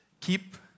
keep